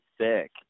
sick